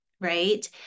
right